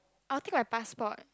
I will take my passport